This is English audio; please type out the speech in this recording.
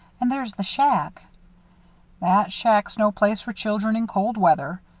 and there's the shack that shack's no place for children in cold weather.